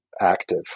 active